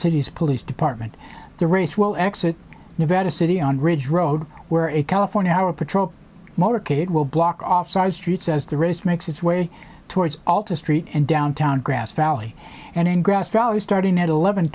city's police department the race will exit nevada city on ridge road where a california our patrol motorcade will block off side streets as the race makes its way towards alter street and downtown grass valley and in grass valley starting at eleven